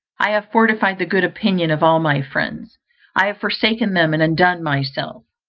i have forfeited the good opinion of all my friends i have forsaken them, and undone myself.